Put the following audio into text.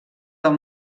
del